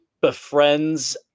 befriends